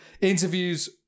interviews